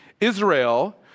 Israel